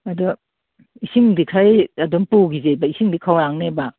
ꯑꯗꯨ ꯏꯁꯤꯡꯗꯤ ꯈꯔ ꯑꯗꯨꯝ ꯄꯨꯈꯤꯁꯦꯕ ꯏꯁꯤꯡꯗꯤ ꯈꯧꯔꯥꯡꯅꯦꯕ